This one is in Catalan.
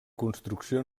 construcció